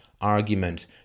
argument